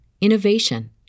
innovation